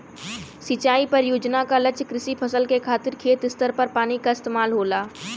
सिंचाई परियोजना क लक्ष्य कृषि फसल के खातिर खेत स्तर पर पानी क इस्तेमाल होला